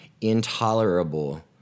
intolerable